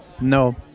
No